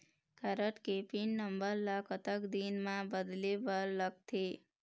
Card के pin number ला कतक दिन म बदले बर लगथे?